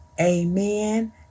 amen